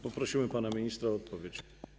Poprosimy pana ministra o odpowiedź.